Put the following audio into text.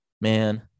man